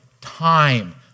Time